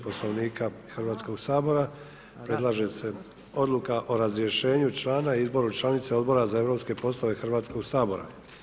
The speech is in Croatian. Poslovnika hrvatskog sabora predlaže se odluka o razrješenju člana i izboru članica Odbora za europske poslove Hrvatskog sabora.